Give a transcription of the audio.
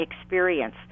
experience